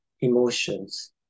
emotions